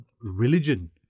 religion